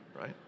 right